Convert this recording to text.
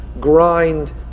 grind